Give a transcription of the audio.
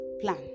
plan